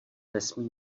nesmí